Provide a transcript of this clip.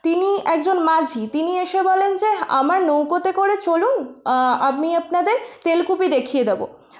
তিনি একজন মাঝি তিনি এসে বলেন যে আমার নৌকোতে করে চলুন আমি আপনাদের তেলকুপি দেখিয়ে দেবো